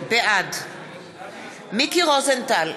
בעד מיקי רוזנטל,